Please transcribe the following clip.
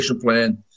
Plan